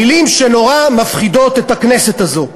מילים שנורא מפחידות את הכנסת הזאת.